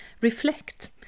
reflect